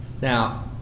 Now